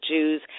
Jews